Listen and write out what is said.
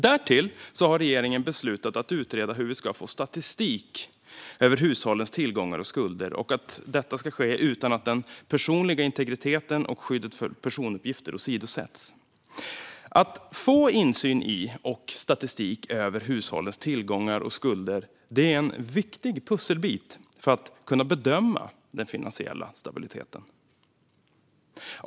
Därtill har regeringen beslutat att utreda hur vi kan få statistik över hushållens tillgångar och skulder utan att den personliga integriteten och skyddet för personuppgifter åsidosätts. Att få insyn i och statistik över hushållens tillgångar och skulder är en viktig pusselbit för att kunna bedöma den finansiella stabiliteten.